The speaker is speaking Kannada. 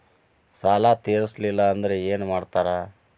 ಸಾಲ ತೇರಿಸಲಿಲ್ಲ ಅಂದ್ರೆ ಏನು ಮಾಡ್ತಾರಾ?